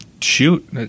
shoot